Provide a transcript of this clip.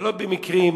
ולא במקרים